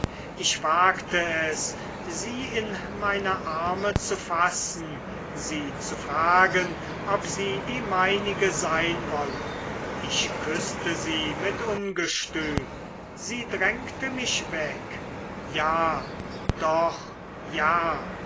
ich wagte es sie in meine arme zu fassen sie zu fragen ob sie die meinige sein wolle ich küßte sie mit ungestüm sie drängte mich weg ja doch ja